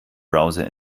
browser